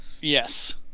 Yes